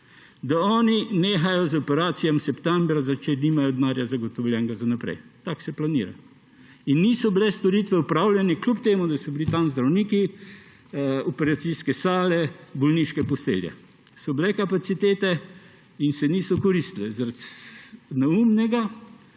da oni nehajo z operacijami septembra, če nimajo za naprej zagotovljenega denarja, tako se planira. In niso bile storitve opravljene, čeprav so bili tam zdravniki, operacijske sale, bolniške postelje. So bile kapacitete in se niso koristile zaradi neumnega